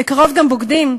בקרוב גם בוגדים.